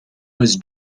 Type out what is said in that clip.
was